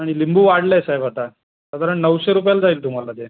आणि लिंबू वाढलं आहे साहेब आता साधारण नऊशे रुपयाला जाईल तुम्हाला ते